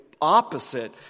opposite